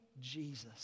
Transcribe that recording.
Jesus